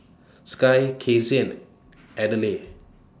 Skye Kasie and Adelaide